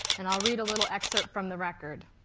and i'll read a little excerpt from the record.